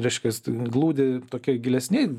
reiškias glūdi tokioj gilesnėj